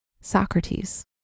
Socrates